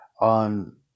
on